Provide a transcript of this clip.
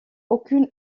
aucune